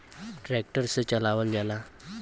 tractor से चलावल जाला